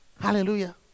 Hallelujah